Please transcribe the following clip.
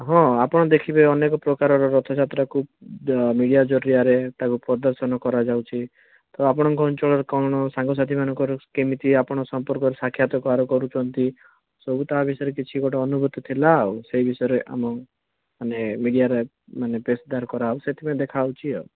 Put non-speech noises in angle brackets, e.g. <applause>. ହଁ ଆପଣ ଦେଖିବେ ଅନେକ ପ୍ରକାର ରଥଯାତ୍ରାକୁ ମିଡ଼ିଆ ଜରିଆରେ ତାକୁ ପ୍ରଦର୍ଶନ କରାଯାଉଛି ତ ଆପଣଙ୍କ ଅଞ୍ଚଳରେ କ'ଣ ସାଙ୍ଗସାଥି ମାନଙ୍କର କ'ଣ କେମିତି ଆପଣ ସମ୍ପର୍କ ସାକ୍ଷାତକାର କରୁଛନ୍ତି ସବୁ ତା'ବିଷୟରେ କିଛି ଗୋଟେ ଅନୁଭୂତି ଥିଲା ଆଉ ସେ ବିଷୟରେ ଆମମାନେ ମିଡ଼ିଆରେ ମାନେ <unintelligible> କରା ହେବ ସେଥିପାଇଁ ଦେଖା ହେଉଛି ଆଉ